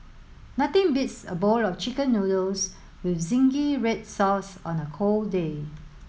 nothing beats a bowl of chicken noodles with zingy red sauce on a cold day